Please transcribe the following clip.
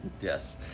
Yes